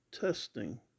testing